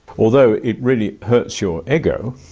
although it really hurts your ego,